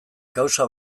kausa